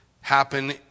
happen